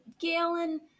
Galen